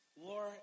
war